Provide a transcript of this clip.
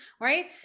right